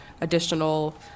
additional